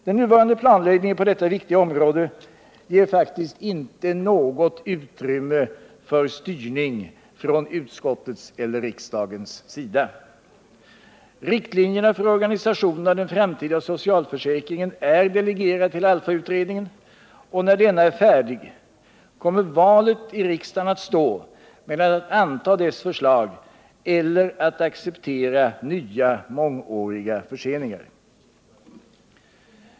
Den nuvarande planläggningen på detta viktiga område ger faktiskt inte något utrymme för någon styrning från utskottets och riksdagens sida. Riktlinjerna för organisationen av den framtida socialförsäkringen är delegerade till ALLFA-utredningen, och när denna är färdig kommer valet att stå mellan att anta dess förslag och att acceptera nya mångåriga förseningar.